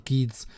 Kids